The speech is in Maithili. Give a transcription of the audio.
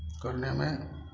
करनेमे